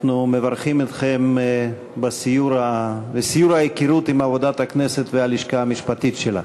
אנחנו מברכים אתכם בסיור ההיכרות עם עבודת הכנסת והלשכה המשפטית שלה.